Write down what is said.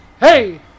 Hey